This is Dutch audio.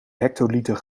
hectoliter